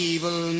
Evil